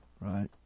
right